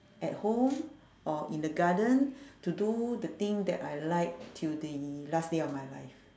at home or in the garden to do the thing that I like till the last day of my life